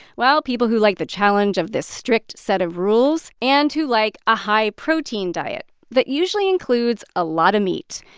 well, people who like the challenge of this strict set of rules and who like a high-protein diet that usually includes a lot of meat,